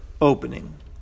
opening